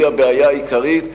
הבעיה העיקרית,